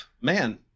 Man